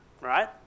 right